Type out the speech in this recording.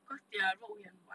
cause their 肉很软